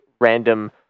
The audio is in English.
random